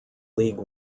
league